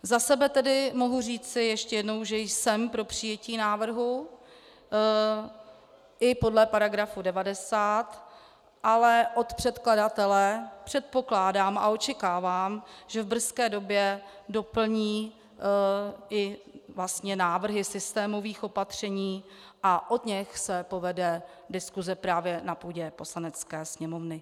Za sebe tedy mohu říci ještě jednou, že jsem pro přijetí návrhu i podle § 90, ale od předkladatele předpokládám a očekávám, že v brzké době doplní i vlastně návrhy systémových opatření a o nich se povede diskuze právě na půdě Poslanecké sněmovny.